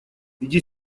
иди